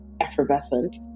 effervescent